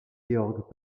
georg